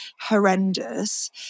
horrendous